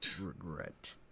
Regret